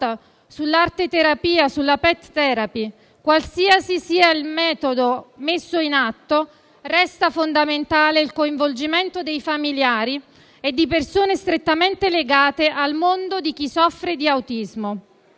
sull'arte-terapia e sulla *pet therapy*. Qualsiasi sia il metodo messo in atto, resta fondamentale il coinvolgimento dei familiari e di persone strettamente legate al mondo di chi soffre di autismo.